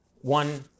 One